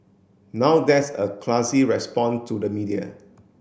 now that's a classy respond to the media